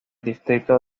distrito